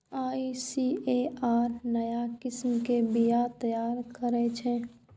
ICAR नया किस्म के बीया तैयार करै छै